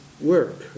work